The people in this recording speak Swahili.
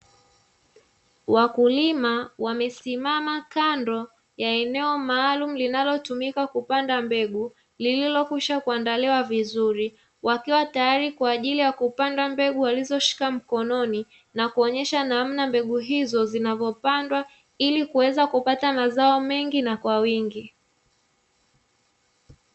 Wakulima wamesimama kando ya eneo maalumu linalotumika kupanda mbegu lililokwisha kuandaliwa vizuri, wakiwa tayari kwa ajili ya kupanda mbegu walizoshika mkononi, na kuonyesha namna mbegu hizo zinavyopandwa ili kuweza kupata mazao mengi na kwa wingi.